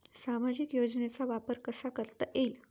सामाजिक योजनेचा वापर कसा करता येईल?